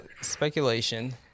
speculation